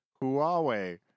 Huawei